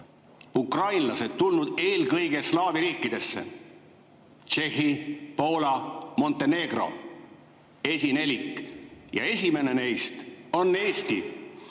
ukrainlased tulnud eelkõige slaavi riikidesse: Tšehhi, Poola, Montenegro. Ja esinelikus esimene neist on Eesti.